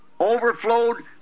overflowed